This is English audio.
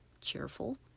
cheerful